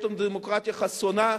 יש לנו דמוקרטיה חסונה,